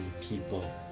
people